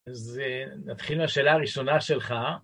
אז נתחיל מהשאלה הראשונה שלך.